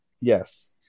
Yes